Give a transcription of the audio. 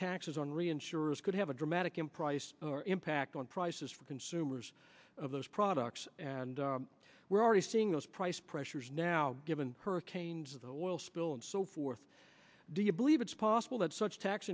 taxes on reinsurers could have a dramatic in price or impact on prices for consumers of those products and we're already seeing those price pressures now given hurricanes of the oil spill and so forth do you believe it's possible that such tax